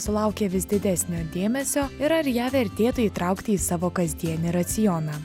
sulaukia vis didesnio dėmesio ir ar ją vertėtų įtraukti į savo kasdienį racioną